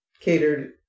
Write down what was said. catered